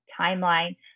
timeline